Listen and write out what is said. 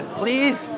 please